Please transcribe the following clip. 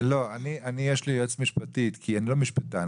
יש לי יועצת משפטית, כי אני לא משפטן.